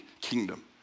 kingdom